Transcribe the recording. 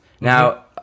Now